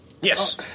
Yes